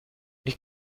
ich